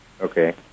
Okay